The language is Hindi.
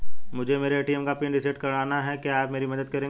मुझे मेरे ए.टी.एम का पिन रीसेट कराना है क्या आप मेरी मदद करेंगे?